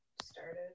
started